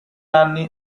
anni